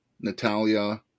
Natalia